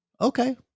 okay